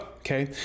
Okay